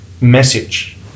message